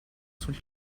sul